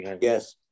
Yes